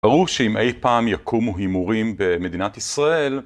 ברור שאם אי פעם יקומו הימורים במדינת ישראל